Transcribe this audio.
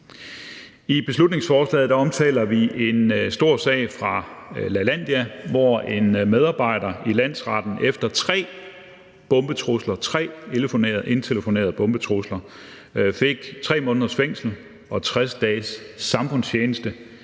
I beslutningsforslaget omtaler vi en stor sag fra Lalandia, hvor en medarbejder i landsretten efter tre bombetrusler, tre indtelefonerede bombetrusler, fik 3 måneders fængsel og 60 dages samfundstjeneste,